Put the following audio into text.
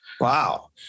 Wow